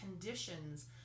conditions